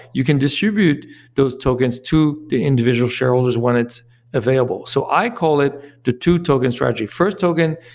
you can distribute those tokens to the individual shareholders when it's available. so i call it the two tokens strategy. first token,